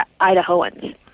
Idahoans